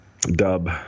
Dub